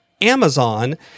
Amazon